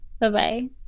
Bye-bye